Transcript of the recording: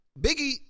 Biggie